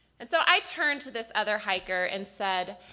and so i turned to this other hiker and said,